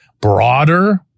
broader